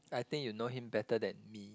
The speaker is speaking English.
I think you know him better than me